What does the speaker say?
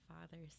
father's